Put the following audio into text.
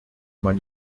man